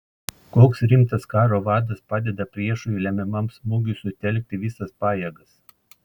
koks rimtas karo vadas padeda priešui lemiamam smūgiui sutelkti visas pajėgas